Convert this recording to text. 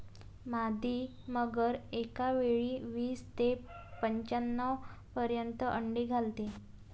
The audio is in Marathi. मादी मगर एकावेळी वीस ते पंच्याण्णव पर्यंत अंडी घालते